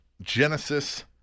genesis